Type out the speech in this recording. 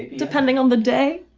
depending on the day.